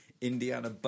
Indiana